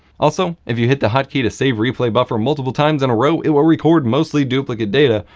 also, if you hit the hotkey to save replay buffer multiple times in a row, it will record mostly duplicate data,